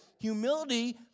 humility